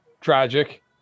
tragic